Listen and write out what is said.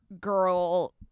girl